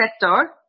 sector